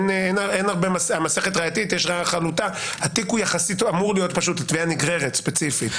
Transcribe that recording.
יש ראיה חלוטה התיק אמור להיות פשוט יחסית בתביעה נגררת ספציפית.